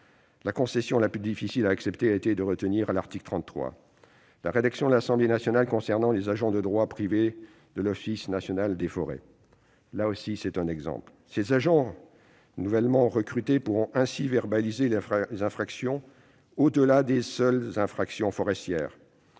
la concession la plus difficile à accepter a été de retenir la rédaction de l'article 33 proposée par l'Assemblée nationale concernant les agents de droit privé de l'Office national des forêts (ONF). Ces agents nouvellement recrutés pourront ainsi verbaliser les infractions au-delà des seules infractions forestières.